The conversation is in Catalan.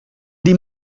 dir